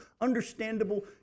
understandable